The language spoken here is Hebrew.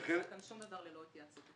אין כאן שום דבר שהוא ללא התייעצות אתם.